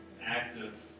active